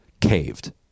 caved